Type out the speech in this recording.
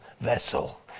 vessel